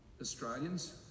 Australians